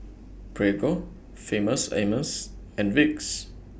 Prego Famous Amos and Vicks